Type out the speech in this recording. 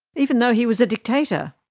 even though he was a dictator?